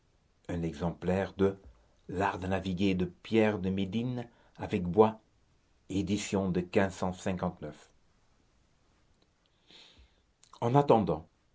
un exemplaire de l'art de naviguer de pierre de médine avec bois édition de en attendant